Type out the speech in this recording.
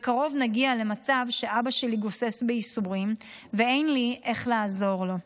בקרוב נגיע למצב שאבא שלי גוסס בייסורים ואין לי איך לעזור לו.